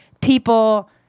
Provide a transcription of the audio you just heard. people